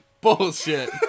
Bullshit